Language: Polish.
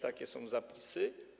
Takie są zapisy.